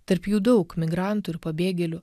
tarp jų daug migrantų ir pabėgėlių